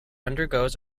undergoes